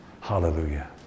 hallelujah